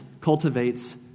cultivates